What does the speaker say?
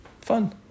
Fun